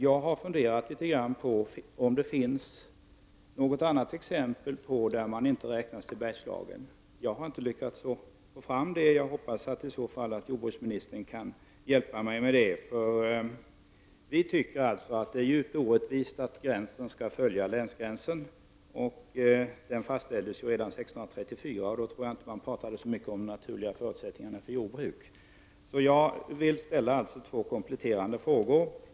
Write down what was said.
Jag har funderat litet grand på om det finns något annat exempel på att den delen inte räknas till Bergslagen. Något sådant exempel har jag inte lyckats få fram, och jag hoppas att jordbruksministern om så är fallet skulle kunna hjälpa mig med det. Vi tycker att det är djupt orättvist att gränsen för stödområdet skall följa länsgränsen. Den gränsen fastställdes redan år 1634, och jag tror inte att man då talade så mycket om de naturliga förutsättningarna för jordbruk. Jag vill ställa två kompletterande frågor.